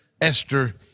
Esther